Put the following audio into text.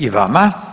I vama.